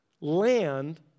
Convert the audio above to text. land